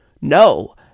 No